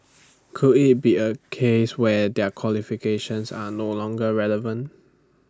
could IT be A case where their qualifications are no longer relevant